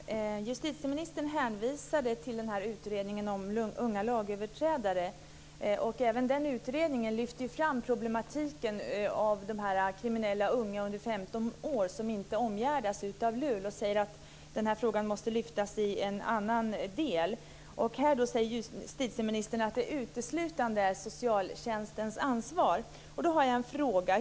Herr talman! Justitieministern hänvisade till utredningen om unga lagöverträdare. Även den utredningen lyfter fram problematiken med de kriminella unga under 15 år som inte omgärdas av LUL. Man säger att frågan måste lyftas fram i en annan del. Justitieministern säger att detta är uteslutande socialtjänstens ansvar. Jag har en fråga.